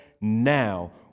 now